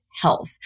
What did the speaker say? health